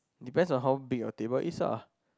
depends on how big your table is lah